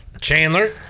chandler